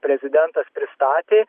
prezidentas pristatė